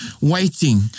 waiting